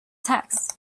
text